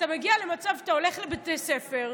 אתה מגיע למצב שאתה הולך לבתי ספר,